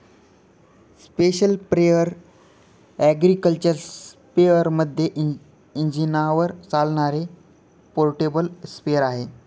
special sprayer agriculture स्पेअरमध्ये इंजिनावर चालणारे पोर्टेबल स्प्रेअर आहे